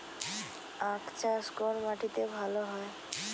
আখ চাষ কোন মাটিতে ভালো হয়?